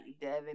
devin